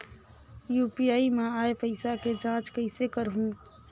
UPI मा आय पइसा के जांच कइसे करहूं?